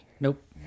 nope